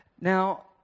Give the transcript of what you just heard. Now